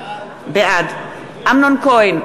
בעד אמנון כהן,